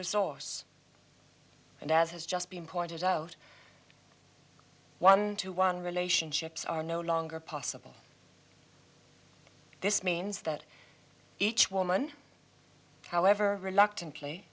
resource and as has just been pointed out one to one relationships are no longer possible this means that each woman however reluctant